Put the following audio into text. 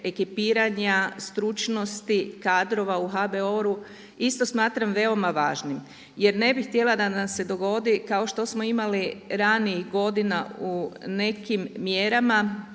ekipiranja, stručnosti, kadrova u HBOR-u isto smatram veoma važnim jer ne bih htjela da nam se dogodi kao što smo imali ranijih godina u nekim mjerama